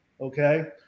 okay